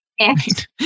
right